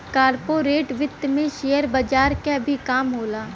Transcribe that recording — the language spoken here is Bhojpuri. कॉर्पोरेट वित्त में शेयर बजार क भी काम होला